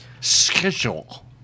Schedule